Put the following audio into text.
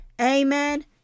Amen